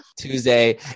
Tuesday